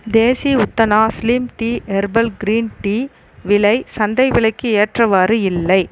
தேசி உத்தனா slim tea herbal green tea விலை சந்தை விலைக்கு ஏற்றவாறு இல்லை